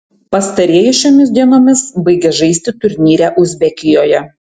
pastarieji šiomis dienomis baigia žaisti turnyre uzbekijoje